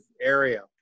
area